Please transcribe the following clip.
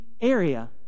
area